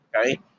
Okay